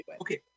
okay